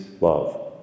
love